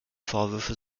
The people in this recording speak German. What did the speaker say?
vorwürfe